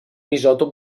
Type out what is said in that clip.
isòtop